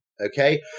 Okay